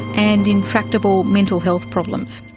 and intractable mental health problems.